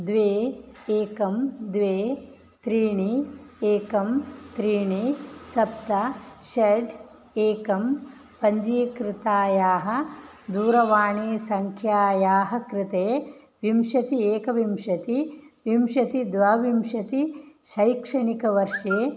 द्वे एकं द्वे त्रीणि एकं त्रीणि सप्त षड् एकं पञ्जीकृतायाः दूरवाणीसङ्ख्यायाः कृते विंशति एक विंशति विंशति द्वाविंशति शैक्षणिकवर्षे